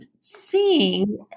seeing